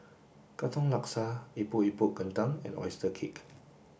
Katong Laksa Epok Epok kentang and Oyster Cake